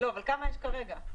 אבל כמה יש כרגע?